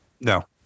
No